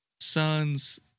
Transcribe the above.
son's